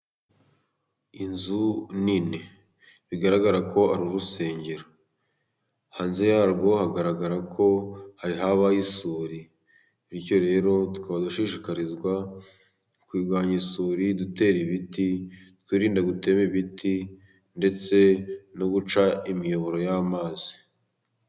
Inzu nini. Bigaragara ko ari urusengero. Hanze yarwo hagaragara ko hari habaye isuri. Bityo rero tukava dushishikarizwa kurwanya isuri dutera ibiti, twirinda gutema ibiti, ndetse no guca imiyoboro y'amazi.